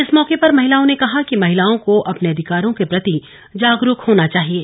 इस मौके पर महिलाओं ने कहा कि महिलाओं को अपने अधिकारों के प्रति जागरूक होना चाहिये